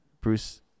Bruce